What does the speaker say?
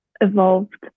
evolved